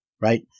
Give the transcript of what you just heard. right